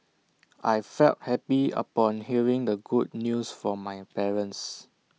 I felt happy upon hearing the good news from my parents